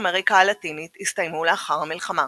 אמריקה הלטינית הסתיימו לאחר המלחמה.